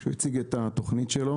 כשהוא הציג את התוכנית שלו,